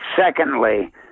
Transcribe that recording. secondly